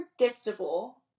unpredictable